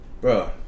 bro